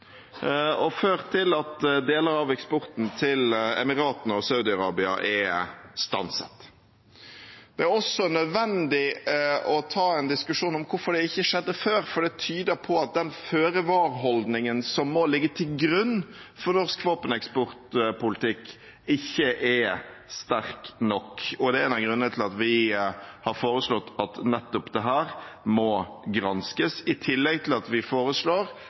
og til at deler av eksporten til Emiratene og Saudi-Arabia er stanset. Det er også nødvendig å ta en diskusjon om hvorfor det ikke skjedde før, for det tyder på at den føre-var-holdningen som må ligge til grunn for norsk våpeneksportpolitikk, ikke er sterk nok. Det er en av grunnene til at vi har foreslått at nettopp dette må granskes. I tillegg foreslår vi en stans i all eksport til